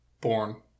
Born